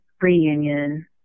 reunion